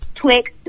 Twix